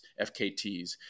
FKTs